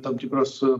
tam tikros